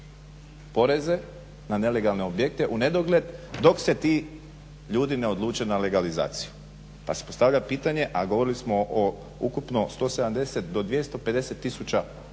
poreze na nelegalne objekte u nedogled dok se ti ljudi ne odluče na legalizaciju. Pa se postavlja pitanje a govorili smo o ukupno 170-250 tisuća